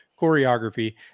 choreography